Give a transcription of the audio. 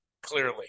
Clearly